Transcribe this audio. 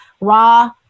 Raw